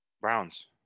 Browns